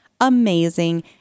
amazing